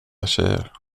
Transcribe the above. tjejer